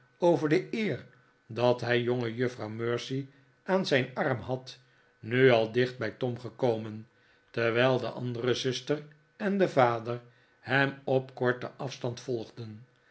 over de eer dat hij jongejuffrouw mercy aan zijn arm had nu al dicht bij tom gekomen terwijl de andere zuster en de vader hem op korten afstand volgden